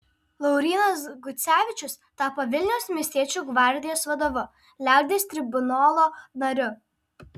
laurynas gucevičius tapo vilniaus miestiečių gvardijos vadovu liaudies tribunolo nariu